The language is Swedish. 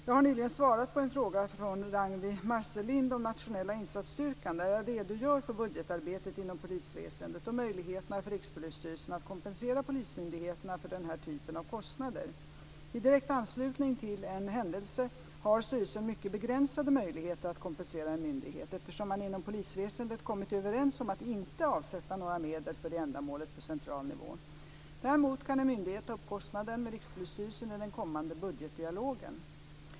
Jag har nyligen svarat på en fråga från Ragnwi Marcelind om Nationella insatsstyrkan där jag redogör för budgetarbetet inom polisväsendet och möjligheterna för Rikspolisstyrelsen att kompensera polismyndigheterna för den här typen av kostnader. I direkt anslutning till en händelse har styrelsen mycket begränsade möjligheter att kompensera en myndighet, eftersom man inom polisväsendet kommit överens om att inte avsätta några medel för det ändamålet på central nivå. Däremot kan en myndighet ta upp kostnaden med Rikspolisstyrelsen i den kommande budgetdialogen.